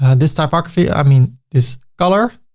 and this topography. i mean this color.